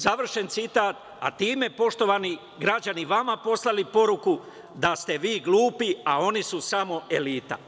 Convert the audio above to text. Završen citat, a time su vama, poštovani građani poslali poruku da ste vi glupi, a oni su samo elita.